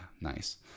nice